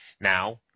now